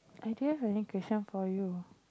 are there any question for you